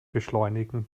beschleunigen